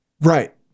right